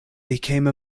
became